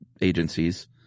agencies